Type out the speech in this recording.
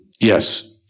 Yes